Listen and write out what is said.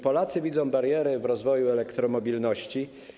Polacy widzą bariery w rozwoju elektromobilności.